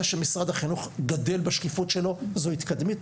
זה שמשרד החינוך גדל בשקיפות שלו זו התקדמות.